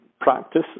practice